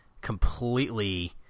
completely